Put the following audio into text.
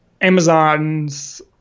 Amazon's